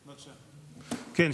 כן.